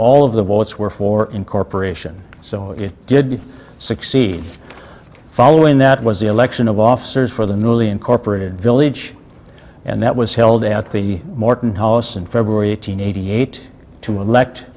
all of the votes were for incorporation so it did succeed following that was the election of officers for the newly incorporated village and that was held at the morton house in february one thousand nine hundred eight to elect